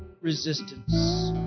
resistance